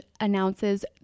announces